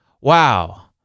wow